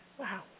Wow